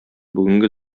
бүгенге